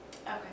Okay